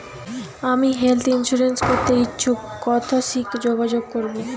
আমি health insurance করতে ইচ্ছুক কথসি যোগাযোগ করবো?